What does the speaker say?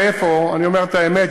אני אומר את האמת,